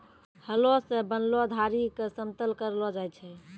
हलो सें बनलो धारी क समतल करलो जाय छै?